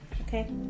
Okay